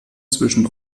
zwischen